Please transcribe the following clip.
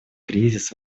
кризис